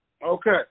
Okay